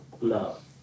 love